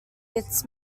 its